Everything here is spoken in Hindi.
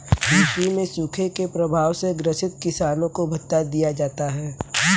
कृषि में सूखे के प्रभाव से ग्रसित किसानों को भत्ता दिया जाता है